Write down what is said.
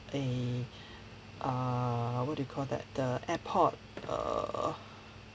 a err what do you call that the airport err